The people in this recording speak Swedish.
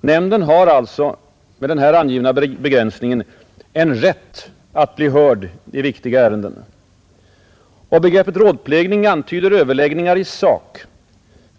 Nämnden har alltså, med den här angivna begränsningen, en rätt att bli hörd i viktiga ärenden. Begreppet ”rådplägning” antyder överläggningar i sak.